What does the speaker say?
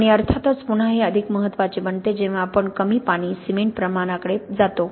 आणि अर्थातच पुन्हा हे अधिक महत्त्वाचे बनते जेंव्हा आपण कमी पाणी सिमेंट प्रमाणाकडे जातो